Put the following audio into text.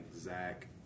Zach